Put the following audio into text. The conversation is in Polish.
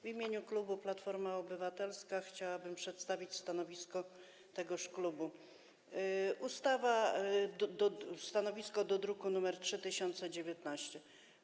W imieniu klubu Platforma Obywatelska chciałabym przedstawić stanowisko tegoż klubu wobec projektu z druku nr 3019.